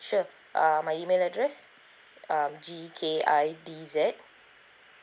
sure uh my email address um G K I D Z